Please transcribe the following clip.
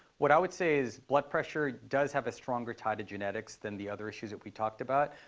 what i would say is blood pressure does have a stronger tie to genetics than the other issues that we talked about.